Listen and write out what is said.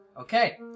Okay